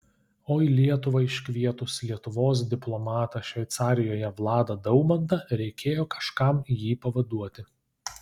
o į lietuvą iškvietus lietuvos diplomatą šveicarijoje vladą daumantą reikėjo kažkam jį pavaduoti